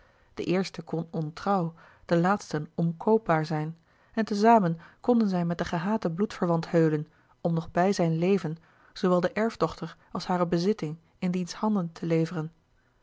de eerste kon ontrouw de laatsten omkoopbaar zijn en te zamen konden zij met den gehaten bloedverwant heulen om nog bij zijn leven zoowel de erfdochter als hare bezitting in diens handen te leveren